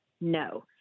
no